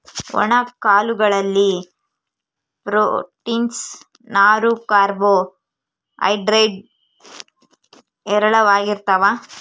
ಒಣ ಕಾಳು ಗಳಲ್ಲಿ ಪ್ರೋಟೀನ್ಸ್, ನಾರು, ಕಾರ್ಬೋ ಹೈಡ್ರೇಡ್ ಹೇರಳವಾಗಿರ್ತಾವ